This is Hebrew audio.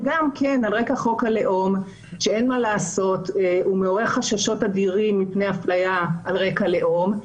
וגם על רקע חוק הלאום שמעורר חששות אדירים מפני הפלייה על רקע לאומי.